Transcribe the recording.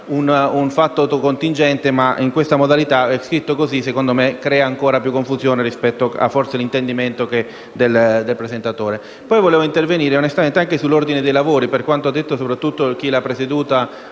un fatto contingente, ma scritto in questa modalità, a mio avviso, crea ancora più confusione rispetto all'intendimento del presentatore. Vorrei intervenire onestamente anche sull'ordine dei lavori, per quanto ha detto soprattutto chi l'ha preceduta